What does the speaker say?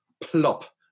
plop